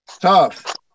Tough